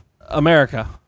America